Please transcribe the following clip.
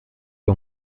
che